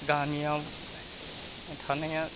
गामियाव थानाया